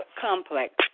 complex